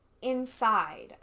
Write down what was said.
inside